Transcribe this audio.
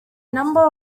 number